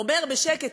אמר בשקט: